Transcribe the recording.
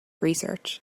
research